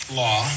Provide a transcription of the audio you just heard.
law